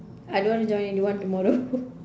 I don't want to join anyone tomorrow